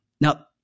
Now